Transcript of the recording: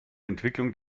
entwicklung